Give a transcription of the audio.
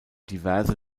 diverse